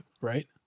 right